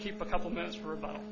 keep a couple minutes for about